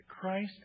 Christ